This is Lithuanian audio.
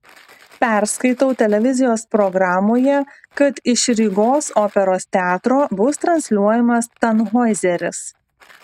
perskaitau televizijos programoje kad iš rygos operos teatro bus transliuojamas tanhoizeris